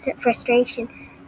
frustration